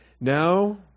Now